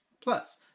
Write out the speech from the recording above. Plus